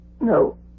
No